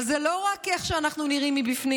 אבל זה לא רק איך שאנחנו נראים מבפנים,